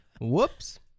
Whoops